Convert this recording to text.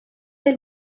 del